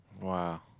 Wow